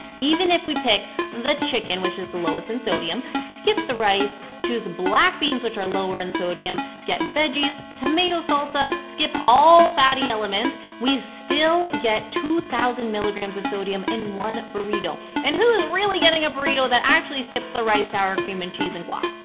even if we pick the chicken which is the lowest in sodium, skip the rice, choose black beans which are lower in sodium, get veggies, tomato salsa, skip all fatty elements, we still get two thousand milligrams of sodium in one burrito. and who's really getting a burrito that actually skips the rice, sour cream and cheese and guac?